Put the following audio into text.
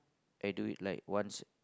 I do it like once